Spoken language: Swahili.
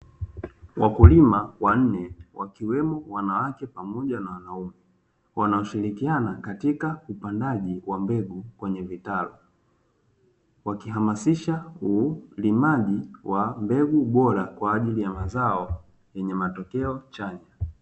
Wakulima wanne wakiwemo wanawake pamoja na wanaume, wanaoshirikiana katika upandaji wa mbegu kwenye vitalu, wakihamasisha ulimaji wa mbegu bora kwa ajili mazao, yenye matokeo chanya.